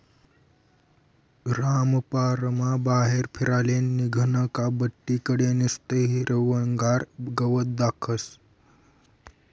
रामपाररमा बाहेर फिराले निंघनं का बठ्ठी कडे निस्तं हिरवंगार गवत दखास